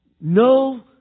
no